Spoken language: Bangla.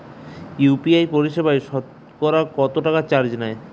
ইউ.পি.আই পরিসেবায় সতকরা কতটাকা চার্জ নেয়?